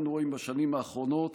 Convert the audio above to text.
בשנים האחרונות